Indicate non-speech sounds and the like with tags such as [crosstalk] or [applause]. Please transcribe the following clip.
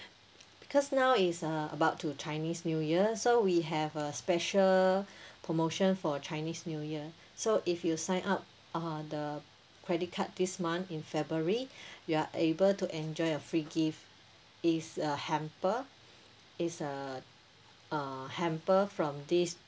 because now is uh about to chinese new year so we have a special [breath] promotion for chinese new year so if you sign up uh the credit card this month in february [breath] you are able to enjoy a free gift it's a hamper is a uh hamper from this